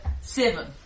Seven